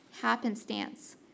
happenstance